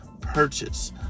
purchase